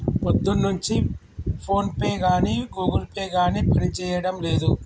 పొద్దున్నుంచి ఫోన్పే గానీ Google Pay గానీ పనిజేయడం లేదు